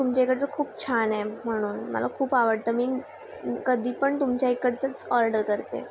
तुमच्या इकडचं खूप छान आहे म्हणून मला खूप आवडतं मी कधी पण तुमच्या इकडचंच ऑर्डर करते